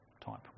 type